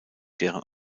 deren